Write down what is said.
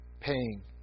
paying